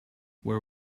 where